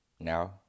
Now